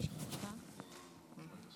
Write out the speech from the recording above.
טוב, בואו נדבר